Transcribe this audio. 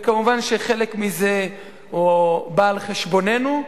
וכמובן חלק מזה בא על חשבוננו,